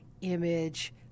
image